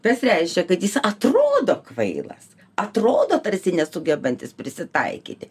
tas reiškia kad jis atrodo kvailas atrodo tarsi nesugebantis prisitaikyti